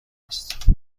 است